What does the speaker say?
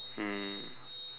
um